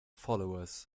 followers